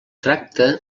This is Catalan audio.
tracta